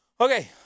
Okay